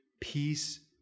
peace